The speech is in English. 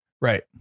Right